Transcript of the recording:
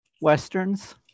Westerns